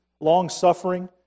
long-suffering